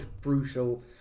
brutal